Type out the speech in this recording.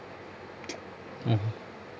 mmhmm